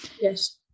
yes